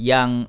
Yang